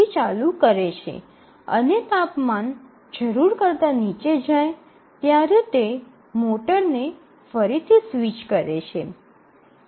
ચાલુ કરે છે અને તાપમાન જરૂર કરતાં નીચે જાય ત્યારે તે મોટરને ફરીથી સ્વિચ કરે છે